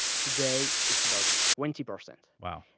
today, it's about twenty percent. wow.